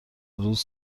روز